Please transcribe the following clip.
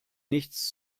nichts